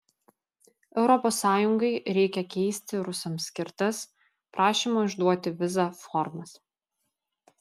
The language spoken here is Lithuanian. europos sąjungai reikia keisti rusams skirtas prašymo išduoti vizą formas